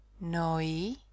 Noi